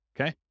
okay